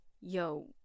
yo